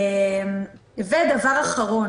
והדבר האחרון